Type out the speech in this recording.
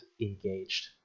engaged